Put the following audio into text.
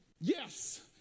yes